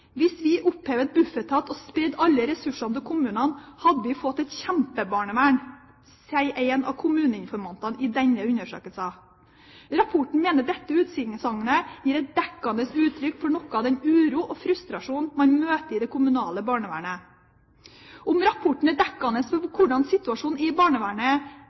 Hvis vi opphevet Bufetat og spredde alle ressursene til kommunene, hadde vi fått et kjempebarnevern», sier en av kommuneinformantene i denne undersøkelsen.» I rapporten mener man at dette utsagnet gir et dekkende uttrykk for noe av den uro og frustrasjon man møter i det kommunale barnevernet. Om rapporten er dekkende for hvordan situasjonen er i barnevernet,